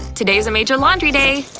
today's a major laundry day.